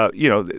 ah you know,